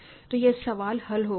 तो यह सवाल हल हो गया है